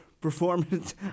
performance